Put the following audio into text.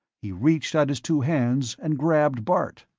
he reached out his two hands and grabbed bart.